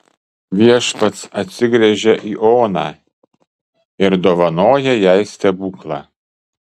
viešpats atsigręžia į oną ir dovanoja jai stebuklą